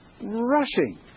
rushing